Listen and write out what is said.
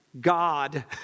God